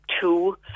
two